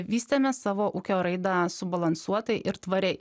vystėme savo ūkio raidą subalansuotai ir tvariai